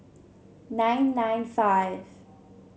nine nine five